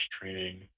training